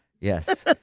Yes